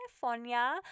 California